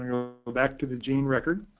you know go back to the gene record,